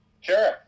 Sure